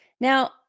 Now